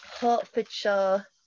Hertfordshire